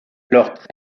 alors